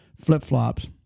flip-flops